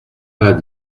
pas